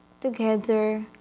together